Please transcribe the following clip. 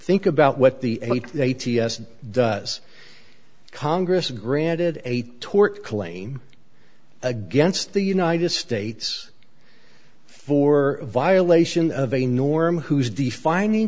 think about what the does congress granted a tort claim against the united states for violation of a norm whose defining